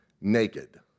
naked